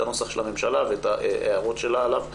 הנוסח של הממשלה ואת ההערות שלה עליו,